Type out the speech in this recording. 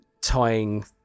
tying